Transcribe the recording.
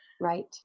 Right